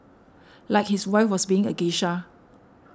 like his wife was being a geisha